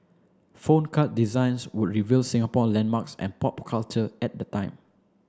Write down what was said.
phone card designs would reveal Singapore landmarks and pop culture at the time